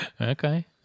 Okay